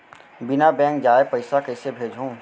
बिना बैंक जाए पइसा कइसे भेजहूँ?